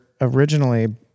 originally